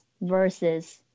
versus